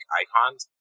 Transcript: icons